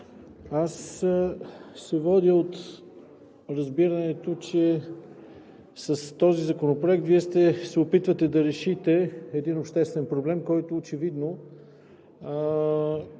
аз се водя от разбирането, че с този законопроект Вие се опитвате да решите един обществен проблем, който очевидно